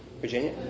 Virginia